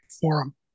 Forum